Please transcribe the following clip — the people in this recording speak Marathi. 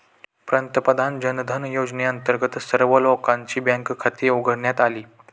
पंतप्रधान जनधन योजनेअंतर्गत सर्व लोकांची बँक खाती उघडण्यात आली